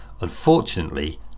Unfortunately